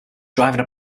driving